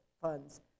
Funds